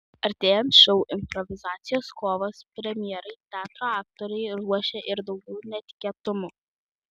artėjant šou improvizacijos kovos premjerai teatro aktoriai ruošia ir daugiau netikėtumų